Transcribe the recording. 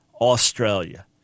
Australia